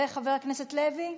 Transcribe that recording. וחבר הכנסת לוי?